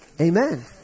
Amen